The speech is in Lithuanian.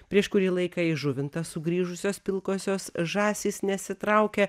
prieš kurį laiką į žuvintą sugrįžusios pilkosios žąsys nesitraukia